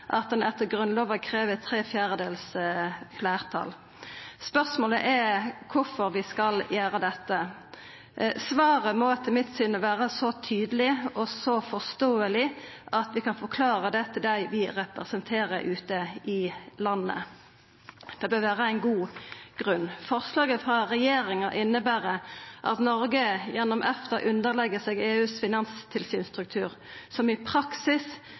at ein etter Grunnlova krev tre firedels fleirtal. Spørsmålet er kvifor vi skal gjera dette. Svaret må etter mitt syn vera så tydeleg og så forståeleg at vi kan forklara det til dei vi representerer ute i landet. Det bør vera ein god grunn. Forslaget frå regjeringa inneber at Noreg gjennom EFTA underlegg seg EUs finanstilsynsstruktur, som i praksis